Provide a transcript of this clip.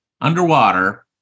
Underwater